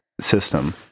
system